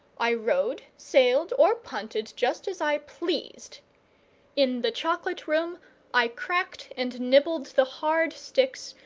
i rowed, sailed, or punted, just as i pleased in the chocolate-room i cracked and nibbled the hard sticks,